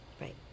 Right